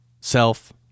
self